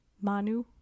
Manu